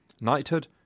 Knighthood